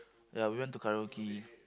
ya we went to karaoke